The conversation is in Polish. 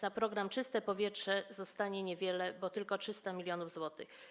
Na program „Czyste powietrze” zostanie niewiele, bo tylko 300 mln zł.